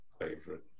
Favorite